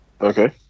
Okay